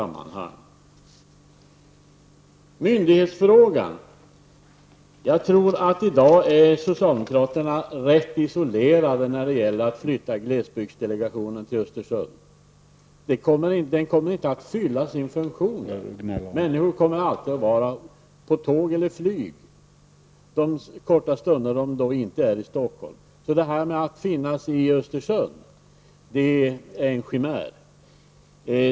Vidare har vi myndighetsfrågan. Jag tror att socialdemokraterna i dag är isolerade när det gäller att flytta glesbygdsdelegationen till Östersund. Den kommer inte att fylla sin funktion där. Ledamöterna kommer alltid att befinna sig på tåg eller flygplan de korta stunder de inte är i Stockholm. Att glesbygdsdelegationen skall finnas i Östersund är en förflugen idé.